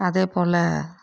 அதேப்போல்